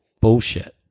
Bullshit